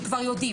שכבר יודעים,